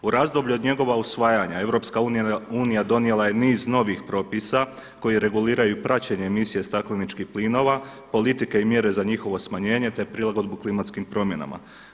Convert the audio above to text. U razdoblju od njegova usvajanja, EU donijela je niz novih propisa koji reguliraju i praćenje emisije stakleničkih plinova, politike i mjere za njihovo smanjenje, te prilagodbu klimatskim promjenama.